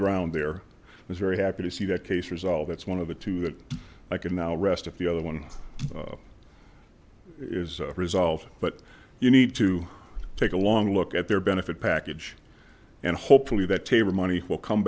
ground there was very happy to see that case resolved it's one of the two that i can now rest of the other one is resolved but you need to take a long look at their benefit package and hopefully that taber money will come